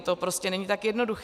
To prostě není tak jednoduché!